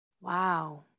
Wow